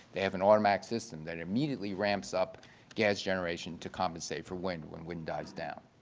they have an automatic system that immediately ramps up gas generation to compensate for wind when wind dies down.